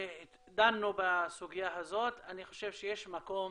דנו בסוגיה הזאת, אני חושב שיש מקום